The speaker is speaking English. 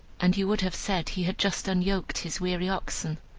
and you would have said he had just unyoked his weary oxen.